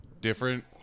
different